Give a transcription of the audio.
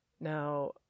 Now